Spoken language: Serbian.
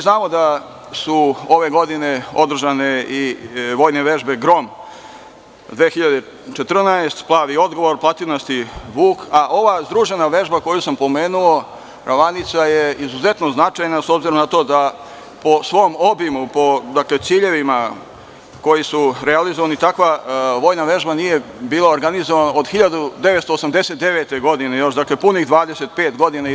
Znamo da su ove godine održane vojne vežbe „Grom 2014“, „Plavi odgovor“, „Platinasti vuk“, a ova združena vežba koju sam pomenuo, „Ravanica“, je izuzetno značajna, s obzirom na to da po svom obimu, po ciljevima koji su realizovani, takva vojna vežba nije bila organizovana od 1989. godine, dakle punih 25 godina.